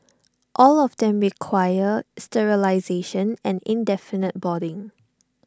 all of them require sterilisation and indefinite boarding